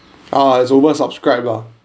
ah it's oversubscribed lah